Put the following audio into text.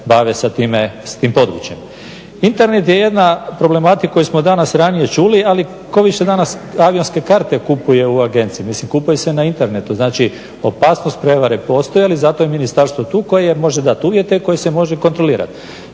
bave s tim područjem. Internet je jedna problematika koju smo danas ranije čuli, ali tko više danas avionske karte kupuje u agenciji, mislim kupuju se na internetu. Znači opasnost prevare postoji, ail zato je Ministarstvo tu koje može dati uvjete, koje se može kontrolirat.